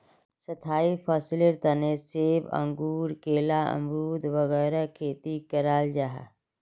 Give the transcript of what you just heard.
स्थाई फसलेर तने सेब, अंगूर, केला, अमरुद वगैरह खेती कराल जाहा